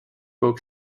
book